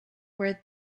were